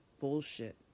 bullshit